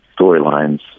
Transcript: storylines